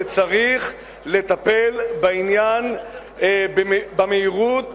וצריך לטפל בעניין במהירות